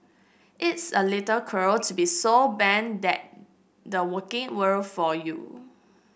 it's a little cruel to be so bunt that the working world for you